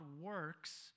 works